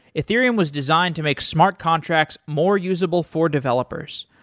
ethereum was designed to make smart contracts more usable for developers.